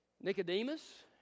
Nicodemus